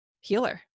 healer